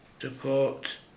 support